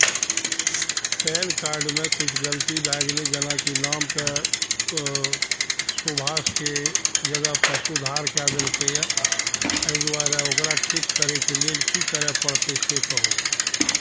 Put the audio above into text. पैनकार्डमे किछु गलती भए गेलै जेनाकि नामकेँ सुभाषके जगहपर सुधार कए देलकैए एहि दुआरे ओकरा ठीक करैके लेल की करय पड़तै से कहू